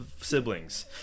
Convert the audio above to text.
siblings